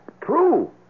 true